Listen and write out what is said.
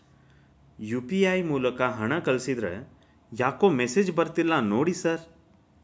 UPI ಮೂಲಕ ಹಣ ಕಳಿಸಿದ್ರ ಯಾಕೋ ಮೆಸೇಜ್ ಬರ್ತಿಲ್ಲ ನೋಡಿ ಸರ್?